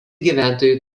gyventojų